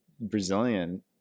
Brazilian